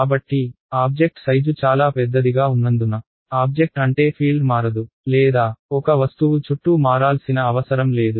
కాబట్టి object size చాలా పెద్దదిగా ఉన్నందున ఆబ్జెక్ట్ అంటే ఫీల్డ్ మారదు లేదా ఒక వస్తువు చుట్టూ మారాల్సిన అవసరం లేదు